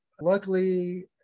luckily